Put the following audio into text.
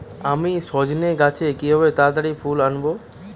আমি সজনে গাছে কিভাবে তাড়াতাড়ি ফুল আনব?